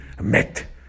met